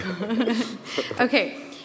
Okay